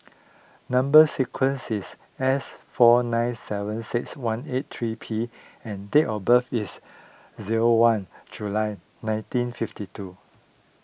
Number Sequence is S four nine seven six one eight three P and date of birth is zero one July nineteen fifty two